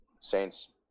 Saints